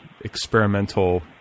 experimental